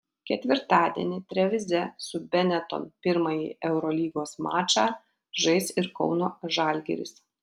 ketvirtadienį trevize su benetton pirmąjį eurolygos mačą žais ir kauno žalgiris